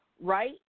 right